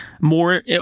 More